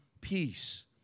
peace